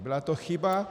Byla to chyba.